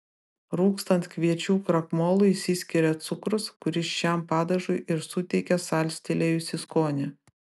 rūgstant kviečių krakmolui išsiskiria cukrus kuris šiam padažui ir suteikia salstelėjusį skonį